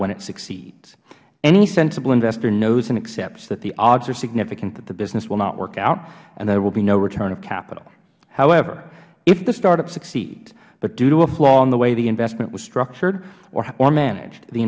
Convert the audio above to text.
when it succeeds any sensible investor knows and accepts that the odds are significant that the business will not work out and there will be no return of capital however if the startup succeeds but due to a flaw in the way the investment was structured or managed the